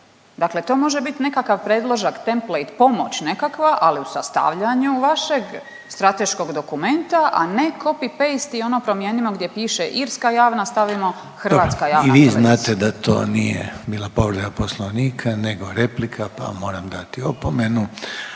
Dakle, to može biti nekakav predložak, template, pomoć nekakva ali u sastavljanju vašeg strateškog dokumenta, a na copy paste i ono promijenimo gdje piše irska javna stavimo hrvatska javna televizija. **Reiner, Željko (HDZ)** Dobro i vi znate da to nije bila povreda Poslovnika nego replika pa vam moram dati opomenu,